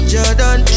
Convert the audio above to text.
Jordan